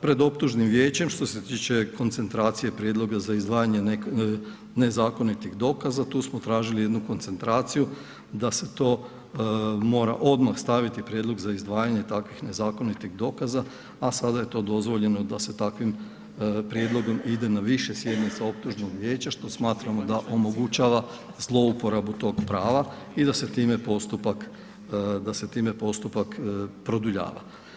Pred optužnim vijećem, što se tiče koncentracije prijedloga za izdvajanje nezakonitih dokaza, tu smo tražili jednu koncentraciju da se to mora odmah staviti prijedlog za izdvajanje takvih nezakonitih dokaza, a sada je to dozvoljeno da se takvim prijedlogom ide na više sjednice optužnog vijeća što smatramo da omogućava zlouporabu tog prava i da se time postupak produljava.